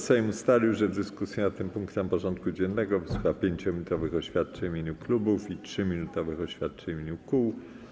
Sejm ustalił, że w dyskusji nad tym punktem porządku dziennego wysłucha 5-minutowych oświadczeń w imieniu klubów i 3-minutowych oświadczeń w imieniu kół.